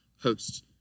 host